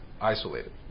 isolated